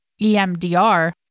EMDR